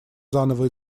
заново